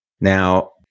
Now